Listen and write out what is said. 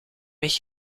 weg